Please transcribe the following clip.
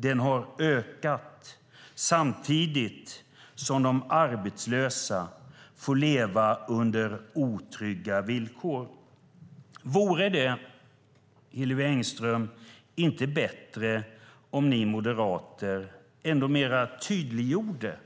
Den har ökat, samtidigt som de arbetslösa får leva under otrygga villkor. Vore det inte bättre, Hillevi Engström, om ni moderater tydliggjorde